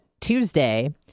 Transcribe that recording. Tuesday